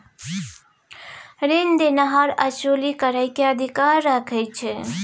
रीन देनहार असूली करइ के अधिकार राखइ छइ